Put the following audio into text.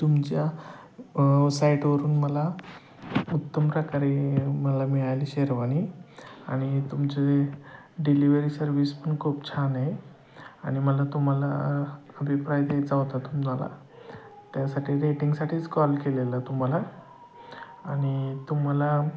तुमच्या साईटवरून मला उत्तम प्रकारे मला मिळाली शेरवानी आणि तुमचे डिलिव्हरी सर्विस पण खूप छान आहे आणि मला तुम्हाला अभिप्राय द्यायचा होता तुम्हाला त्यासाठी रेटिंगसाठीच कॉल केलेला तुम्हाला आणि तुम्हाला